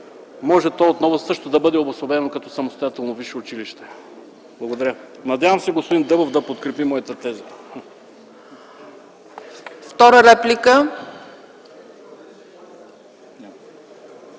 може то отново също да бъде обособено като самостоятелно висше училище. Надявам се господин Дъбов да подкрепи моята теза.